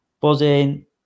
Buzzing